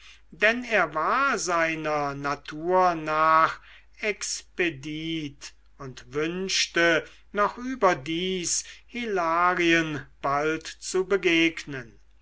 denn er war seiner natur nach expedit und wünschte noch überdies hilarien bald zu begegnen